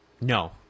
No